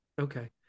Okay